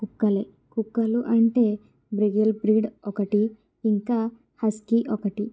కుక్కలే కుక్కలు అంటే బ్రివిల్ బ్రీడ్ ఒకటి ఇంకా హస్కీ ఒకటి